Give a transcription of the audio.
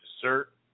dessert